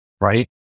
Right